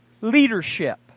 leadership